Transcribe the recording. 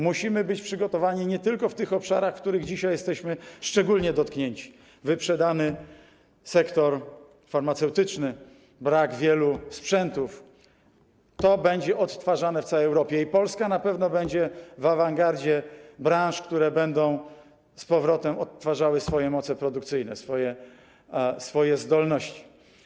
Musimy być przygotowani nie tylko w tych obszarach, w których dzisiaj jesteśmy szczególnie dotknięci - wyprzedany sektor farmaceutyczny, brak wielu sprzętów - to będzie odtwarzane w całej Europie i Polska na pewno będzie w awangardzie branż, które będą odtwarzały swoje moce produkcyjne, swoje zdolności.